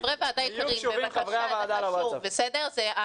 חברי ועדה יקרים, בבקשה, זה חשוב.